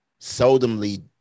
seldomly